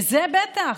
וזה, בטח.